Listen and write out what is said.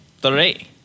Three